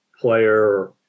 player